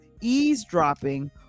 eavesdropping